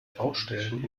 baustellen